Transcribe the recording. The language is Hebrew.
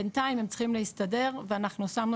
בינתיים הם צריכים להסתדר ואנחנו שמנו